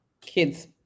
kids